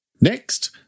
Next